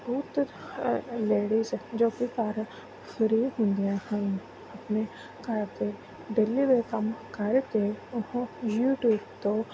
ladies ਜੋ ਕਿ ਘਰ ਫਰੀ ਹੁੰਦੀਆਂ ਹਨ ਆਪਣੇ ਘਰ ਦੇ ਡੇਲੀ ਦੇ ਕੰਮ ਕਰਕੇ ਉਹ ਯੂਟਿਊਬ ਤੋਂ